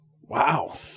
Wow